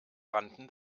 rannten